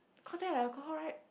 cause there got alcohol right